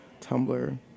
Tumblr